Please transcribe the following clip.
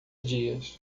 dias